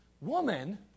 woman